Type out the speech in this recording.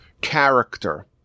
character